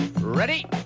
Ready